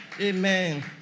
amen